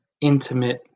intimate